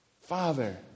Father